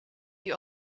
you